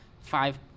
five